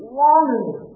longing